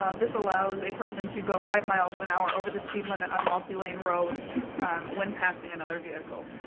ah this allows a person to go five miles and an hour over the speed limit on a multilane road when passing another vehicle.